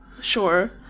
Sure